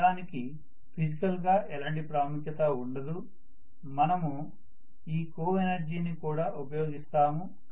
ఈ పదానికి ఫిజికల్ గా ఎలాంటి ప్రాముఖ్యత ఉండదు మనము ఈ కోఎనర్జీని కూడా ఉపయోగిస్తాము